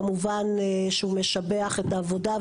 כמובן שהוא משבח את העבודה.